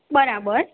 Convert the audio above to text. બરાબર